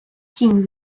тінь